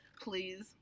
please